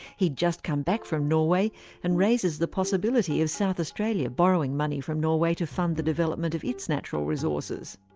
he'd just come back from norway and raises the possibility of south australia borrowing money from norway to fund the development of its natural resources.